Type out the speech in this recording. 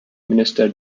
minister